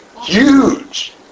Huge